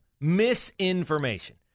Misinformation